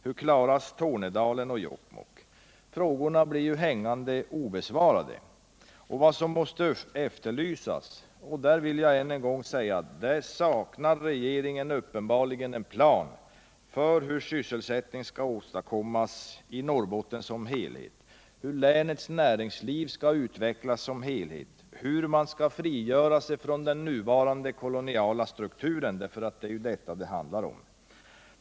Hur klaras Tornedalen och Jokkmokk? Frågorna blir ju hängande i luften obesvarade. Vad som måste efterlysas — och där vill jag än en gång säga att regeringen uppenbarligen saknar en plan för hur sysselsättning skall åstadkommas i Norrbotten som helhet — är hur länets näringsliv skall utvecklas och hur man skall frigöra sig från den nuvarande koloniala strukturen. Det är detta det handlar om.